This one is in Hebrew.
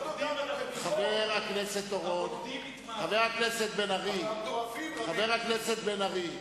חבר הכנסת בן-ארי,